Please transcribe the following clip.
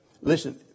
listen